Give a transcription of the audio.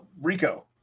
Rico